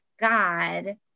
God